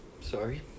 Sorry